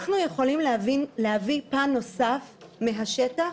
אנחנו יכולים להביא פן נוסף מהשטח,